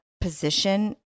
position